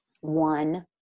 one